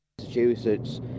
Massachusetts